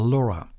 Laura